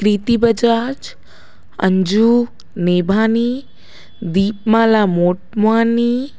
Preeti Bajaj Anju Nebhani Deepmala Motwani